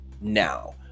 now